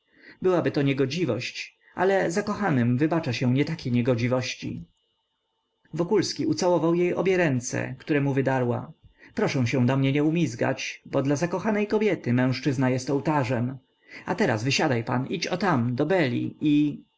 wybuch byłato niegodziwość ale zakochanym wybacza się nietakie niegodziwości wokulski ucałował jej obie ręce które mu wydarła proszę się do mnie nie umizgać bo dla zakochanej kobiety mężczyzna jest ołtarzem a teraz wysiadaj pan idź o tam do beli i